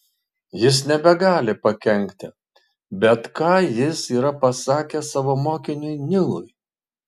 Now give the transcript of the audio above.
jis nebegali pakenkti bet ką jis yra pasakęs savo mokiniui nilui